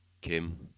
Kim